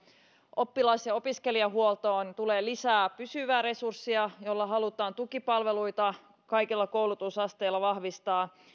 oppilas ja opiskelijahuoltoon tulee lisää pysyvää resurssia jolla halutaan tukipalveluita kaikilla koulutusasteilla vahvistaa